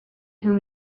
whom